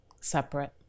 Separate